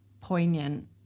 poignant